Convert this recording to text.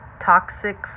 toxic